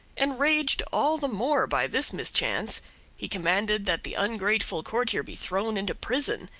enraged all the more by this mischance, he commanded that the ungrateful courtier be thrown into prison,